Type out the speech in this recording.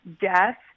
death